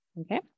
Okay